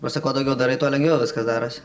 ta prasme kuo daugiau darai tuo lengviau viskas darosi